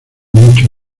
mucho